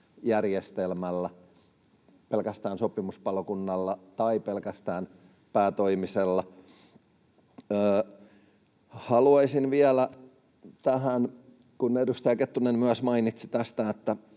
järjestelmällä, pelkästään sopimuspalokunnalla tai pelkästään päätoimisella. Haluaisin vielä tähän, kun edustaja Kettunen myös mainitsi tästä,